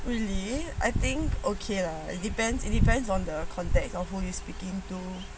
really I think okay lah depends it depends on the context of who you speaking into